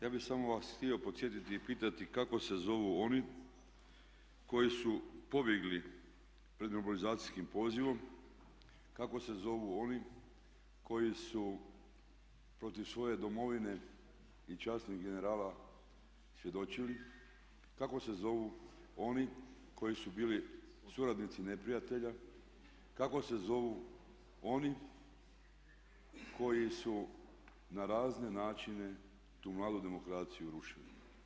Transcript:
Ja bi samo vas htio podsjetiti i pitati kako se zovu oni koji su pobjegli pred imobilizacijskim pozivom, kako se zovu oni koji su protiv svoje domovine i časnih generala svjedočili, kako se zovu oni koji su bili suradnici neprijatelja, kako se zovu oni koji su na razne načine tu malu demokraciju rušili?